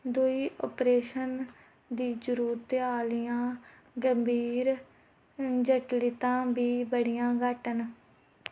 दुए ऑपरेशन दी जरूरत आह्लियां गंभीर जटिलतां बी बड़ियां घट्ट न